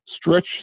stretch